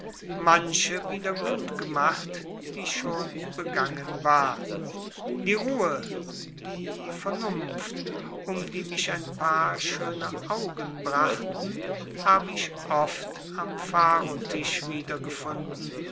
manche wieder gut gemacht die schon begangen war die ruhe die vernunft um die mich ein paar schöne augen brachten habe ich oft am pharotisch wiedergefunden